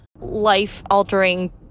life-altering